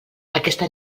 aquesta